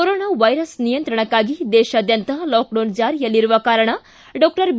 corona virus ನಿಯಂತ್ರಣಕ್ಕಾಗಿ ದೇಶಾದ್ಯಂತ lockdown ಜಾರಿಯಲ್ಲಿರುವ ಕಾರಣ ಡಾಕ್ಷರ್ ಬಿ